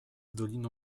doliną